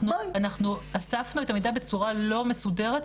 אנחנו אספנו את המידע בצורה לא מסודרת,